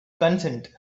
consent